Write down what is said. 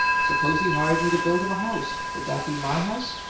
suppose he hired me to build him a house would that be my house?